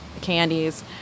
candies